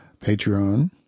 Patreon